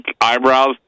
eyebrows